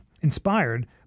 inspired